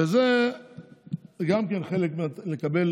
וזה גם כן חלק, לקבל